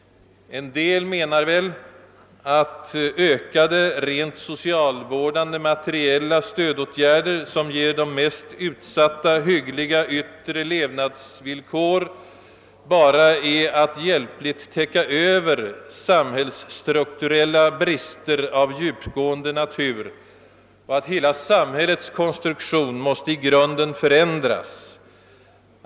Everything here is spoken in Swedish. En del anser väl att ökade, rent socialvårdande materiella stödåtgärder, som ger de mest utsatta hyggliga yttre levnadsvillkor, bara innebär att man hjälpligt täcker över samhällets strukturella brister av djupgående natur och att hela samhällets konstruktion i grunden måste förändras.